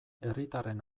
herritarren